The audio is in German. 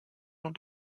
und